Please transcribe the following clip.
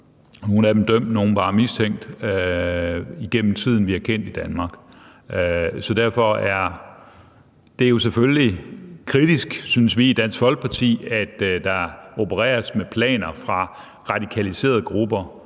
nogle af dem dømt, nogle bare mistænkt, som vi har kendt i Danmark. Så derfor er det jo selvfølgelig kritisk, synes vi i Dansk Folkeparti, at der opereres med planer fra radikaliserede grupper